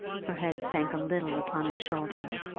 her head sank a little upon his shoulder.